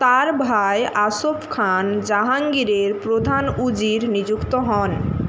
তার ভাই আসফ খান জাহাঙ্গীরের প্রধান উজির নিযুক্ত হন